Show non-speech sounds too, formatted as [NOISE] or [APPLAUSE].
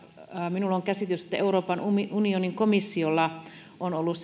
minulla on se käsitys että euroopan unionin komissiolla on ollut [UNINTELLIGIBLE]